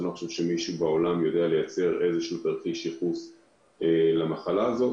ואני גם לא חושב שמישהו בעולם יודע לייצר תרחיש ייחוס למחלה הזאת,